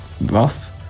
rough